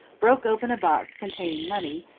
broke open a box containing money,